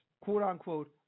quote-unquote